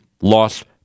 lost